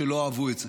שלא אהבו את זה.